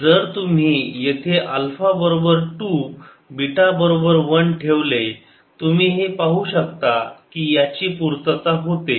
जर तुम्ही येथे अल्फा बरोबर 2 बीटा बरोबर 1 ठेवले तुम्ही हे पाहू शकता की याची पूर्तता होते